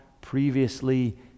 previously